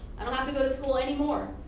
i don't have to go to school anymore,